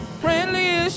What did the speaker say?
friendliest